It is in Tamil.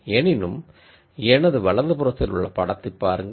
எனினும் எனது வலப்புறத்தில் உள்ள படத்தைப் பாருங்கள்